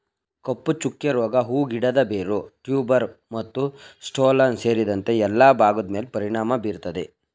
ಕಪ್ಪುಚುಕ್ಕೆ ರೋಗ ಹೂ ಗಿಡದ ಬೇರು ಟ್ಯೂಬರ್ ಮತ್ತುಸ್ಟೋಲನ್ ಸೇರಿದಂತೆ ಎಲ್ಲಾ ಭಾಗದ್ಮೇಲೆ ಪರಿಣಾಮ ಬೀರ್ತದೆ